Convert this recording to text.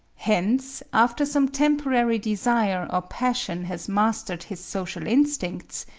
hence after some temporary desire or passion has mastered his social instincts,